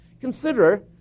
Consider